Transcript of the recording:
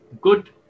good